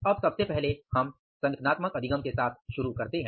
अब सबसे पहले हम संगठनात्मक अधिगम के साथ शुरू करते हैं